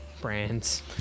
brands